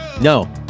no